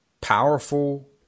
powerful